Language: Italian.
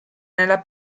nella